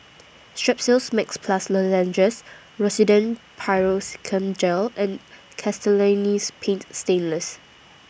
Strepsils Max Plus Lozenges Rosiden Piroxicam Gel and Castellani's Paint Stainless